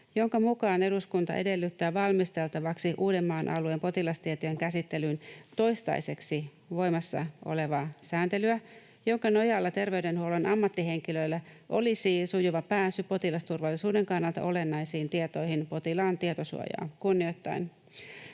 jonka mukaan eduskunta edellyttää valmisteltavaksi Uudenmaan alueen potilastietojen käsittelyyn toistaiseksi voimassa olevaa sääntelyä, jonka nojalla terveydenhuollon ammattihenkilöillä olisi sujuva pääsy potilasturvallisuuden kannalta olennaisiin tietoihin potilaan tietosuojaa kunnioittaen.